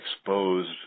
exposed